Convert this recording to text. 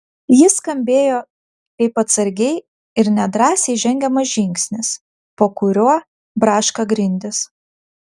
jis skambėjo kaip atsargiai ir nedrąsiai žengiamas žingsnis po kuriuo braška grindys